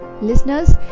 listeners